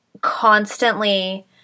constantly